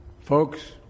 Folks